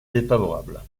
défavorable